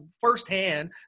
firsthand